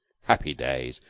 happy days,